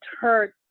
hurt